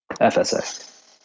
FSA